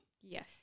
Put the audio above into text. yes